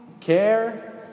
care